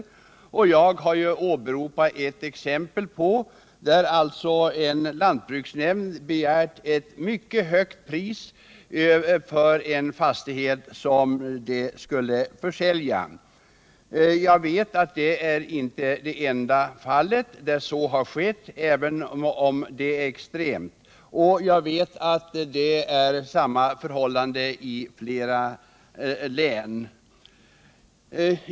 Å andra sidan har jag i min interpellation åberopat ett exempel där en lantbruksnämnd begärt ett mycket högt pris för en fastighet som skulle försäljas, och jag vet att detta inte är det enda fall där så har skett, även om det är extremt. Samma förhållande råder i flera län.